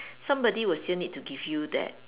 somebody will still need to give you that